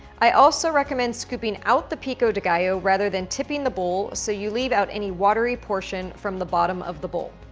i also recommend scooping out the pico de gallo rather than tipping the bowl, so you leave out any watery portion from the bottom of the bowl.